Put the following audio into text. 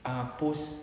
ah post